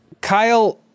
Kyle